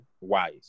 wise